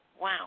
Wow